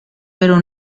pero